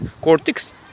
Cortex